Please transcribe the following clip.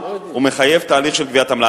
הוא מחייב תהליך של גביית עמלה.